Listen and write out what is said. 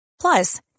Plus